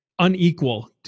Unequal